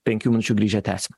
penkių minučių grįžę tęsime